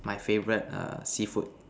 my favorite err seafood